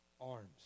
arms